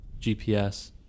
GPS